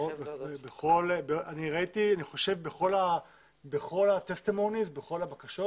אני חושב שבכל הבקשות,